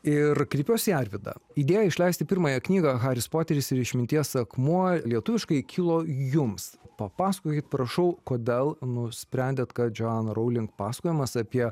ir kreipiuosi į arvydą idėja išleisti pirmąją knygą haris poteris ir išminties akmuo lietuviškai kilo jums papasakokit prašau kodėl nusprendėt kad joanne rowling pasakojimas apie